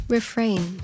Refrain